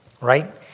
Right